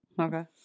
Okay